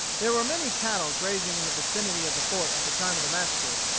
there were many cattle grazing in the vicinity of the fort at the time of the massacre,